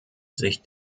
sich